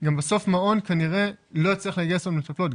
גם בסוף מעון כנראה לא יצליח לגייס עוד מטפלות.